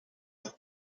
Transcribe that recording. like